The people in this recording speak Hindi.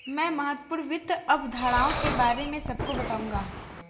मैं महत्वपूर्ण वित्त अवधारणाओं के बारे में सबको बताऊंगा